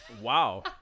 Wow